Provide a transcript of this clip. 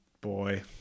boy